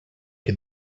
che